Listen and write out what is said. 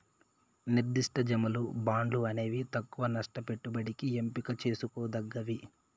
నిర్దిష్ట జమలు, బాండ్లు అనేవి తక్కవ నష్ట పెట్టుబడికి ఎంపిక చేసుకోదగ్గవి